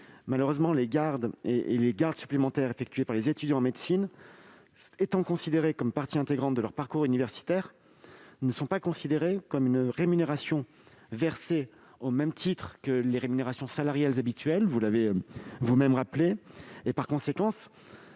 gardes et les gardes supplémentaires effectuées par les étudiants en médecine, étant considérées comme partie intégrante de leur parcours universitaire, ne sont pas considérées comme une rémunération versée au même titre que les rémunérations salariales habituelles, ainsi que vous l'avez vous-même rappelé, monsieur le